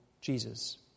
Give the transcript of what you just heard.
jesus